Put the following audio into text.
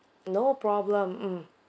no problem mm